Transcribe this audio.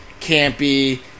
campy